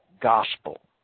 gospel